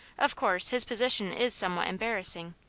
of course, his position is some what embarrassing.